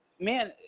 man